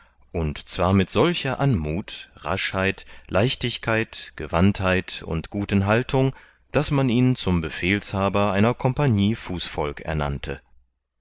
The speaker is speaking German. und zwar mit solcher anmuth raschheit leichtigkeit gewandtheit und guten haltung daß man ihn zum befehlshaber einer compagnie fußvolk ernannte